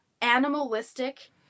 animalistic